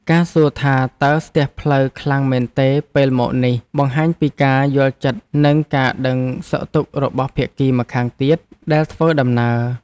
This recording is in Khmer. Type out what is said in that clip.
ការសួរថាតើស្ទះផ្លូវខ្លាំងមែនទេពេលមកនេះ បង្ហាញពីការយល់ចិត្តនិងការដឹងសុខទុក្ខរបស់ភាគីម្ខាងទៀតដែលធ្វើដំណើរ។